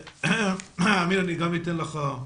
הנושא מאוד חשוב והוא צריך להיות על סדר היום כל הזמן.